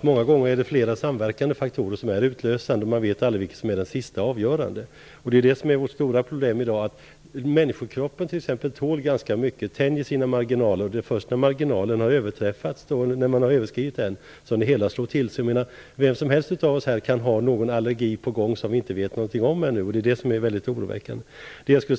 Många gånger är flera samverkande faktorer utlösande. Man vet aldrig vilken som är den sista och avgörande. Det är vårt stora problem i dag. Människokroppen tål ganska mycket, och tänjer sina marginaler. Det är först när marginalerna har överskridits som problemen slår till. Vem som helst av oss här kan ha någon allergi på gång, som vi ännu inte vet någonting om. Det är mycket oroväckande.